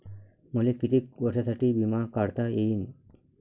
मले कितीक वर्षासाठी बिमा काढता येईन?